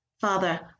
Father